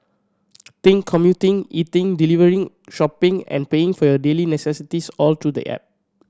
think commuting eating delivering shopping and paying for your daily necessities all through the app